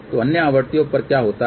तो अन्य आवृत्तियों पर क्या होता है